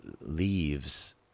leaves